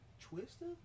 Twister